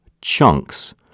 chunks